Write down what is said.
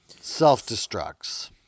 Self-destructs